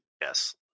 Yes